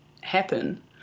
happen